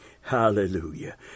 Hallelujah